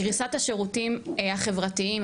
קריסת השירותים החברתיים,